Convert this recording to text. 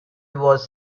was